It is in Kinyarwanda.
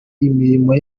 imirima